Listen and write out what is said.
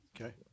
Okay